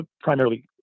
primarily